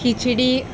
khichdi